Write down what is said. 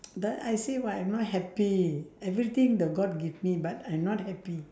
but I say why I not happy everything the god give me but I not happy